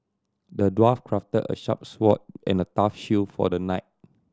the dwarf crafted a sharp sword and a tough shield for the knight